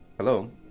hello